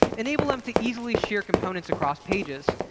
enable them to easily share components across pages,